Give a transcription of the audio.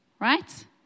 right